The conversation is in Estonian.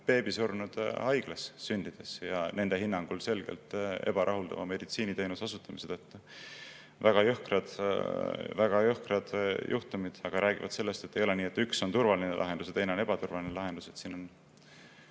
beebi on haiglas sündides surnud perede hinnangul selgelt ebarahuldava meditsiiniteenuse osutamise tõttu. Väga jõhkrad juhtumid, aga räägivad sellest, et ei ole nii, et üks on turvaline lahendus ja teine on ebaturvaline lahendus.